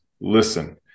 listen